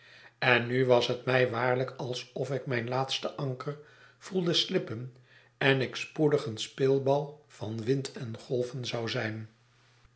en nu was het mij waarlijk alsof ik mijn laatste anker voelde slippen en ik spoedig een speelbal van wind en golven zou zijn